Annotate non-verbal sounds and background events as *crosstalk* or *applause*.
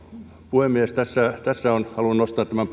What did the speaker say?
puhemies tässä tässä haluan nostaa tämän *unintelligible*